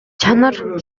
чанар